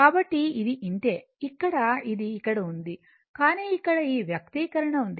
కాబట్టి ఇది ఇంతే ఇక్కడ ఇది ఇక్కడ ఉంది కానీ ఇక్కడ ఈ వ్యక్తీకరణ ఉంది